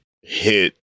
hit